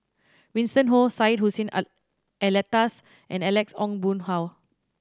Winston Oh Syed Hussein Alatas and Alex Ong Boon Hau